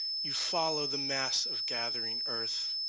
you follow the mass of gathering earth.